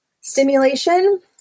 stimulation